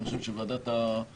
אני חושב שוועדת העבודה,